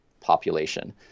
population